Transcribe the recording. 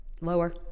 Lower